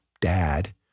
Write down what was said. dad